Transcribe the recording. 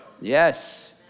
Yes